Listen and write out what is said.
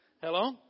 Hello